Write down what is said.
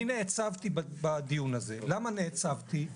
אני נעצבתי בדיון הזה, למה נעצבתי?